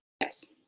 Yes